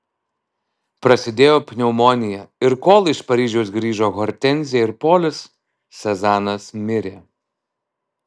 prasidėjo pneumonija ir kol iš paryžiaus grįžo hortenzija ir polis sezanas mirė